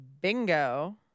bingo